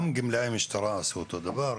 גם גמלאי המשטרה עשו את אותו הדבר,